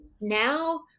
now